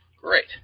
Great